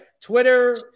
Twitter